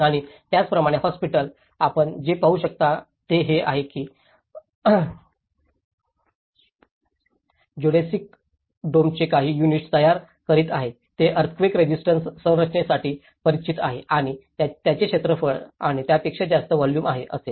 आणि त्याचप्रमाणे हॉस्पिटल आपण जे पाहू शकता ते हे आहे की ते जओडेसिक डोमचे काही युनिट तयार करीत आहेत जे अर्थक्वेक रेसिस्टन्ट संरचनेसाठी परिचित आहेत आणि ज्याचे क्षेत्रफळ आणि त्यापेक्षा जास्त वोल्युम असेल